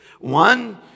One